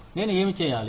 నేను ఏమి చేయాలి